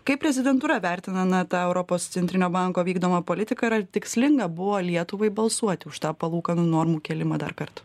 kaip prezidentūra vertina na tą europos centrinio banko vykdomą politiką ir ar tikslinga buvo lietuvai balsuoti už tą palūkanų normų kėlimą darkart